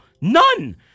none